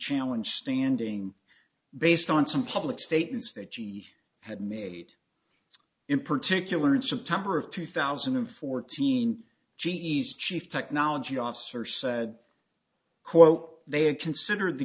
challenge standing based on some public statements that she had made in particular in september of two thousand and fourteen g s chief technology officer said they had considered the